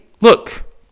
look